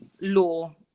law